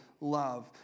love